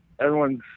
Everyone's